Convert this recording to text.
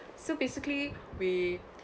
so basically we